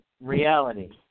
reality